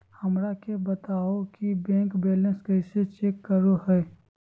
हमरा के बताओ कि बैंक बैलेंस कैसे चेक करो है?